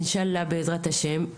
בעזרת השם,